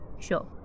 Sure